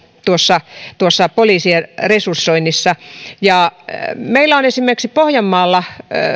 tuossa tuossa poliisien resursoinnissa meillä on esimerkiksi pohjanmaalla